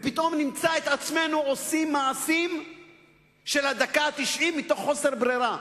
ופתאום נמצא את עצמנו עושים מעשים של הדקה התשעים מתוך חוסר ברירה.